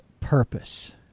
purpose